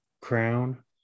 crown